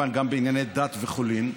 וכמובן שגם בענייני דת וחולין,